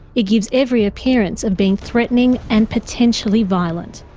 it gives every appearance of being threatening and potentially violent.